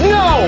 no